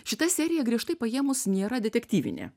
šita serija griežtai paėmus nėra detektyvinė